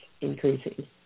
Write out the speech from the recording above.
increasing